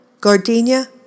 gardenia